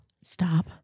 Stop